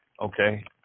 Okay